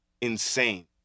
insane